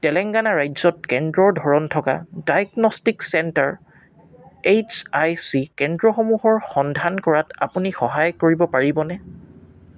তেলেংগানা ৰাজ্যত কেন্দ্ৰৰ ধৰণ থকা ডায়েগনষ্টিক চেণ্টাৰ এইচআইচি কেন্দ্ৰসমূহৰ সন্ধান কৰাত আপুনি সহায় কৰিব পাৰিবনে